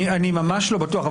אני ממש לא בטוח,